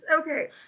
Okay